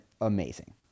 amazing